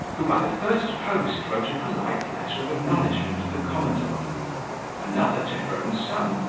who by the first post wrote a polite letter of acknowledgment to the commodore another to her own son,